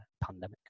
pandemic